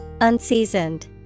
Unseasoned